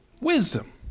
wisdom